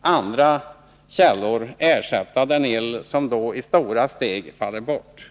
andra källor ersätta den el som därvid i stora steg faller bort.